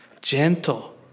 gentle